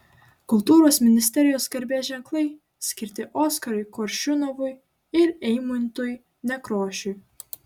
kultūros ministerijos garbės ženklai skirti oskarui koršunovui ir eimuntui nekrošiui